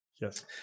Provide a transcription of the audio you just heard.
Yes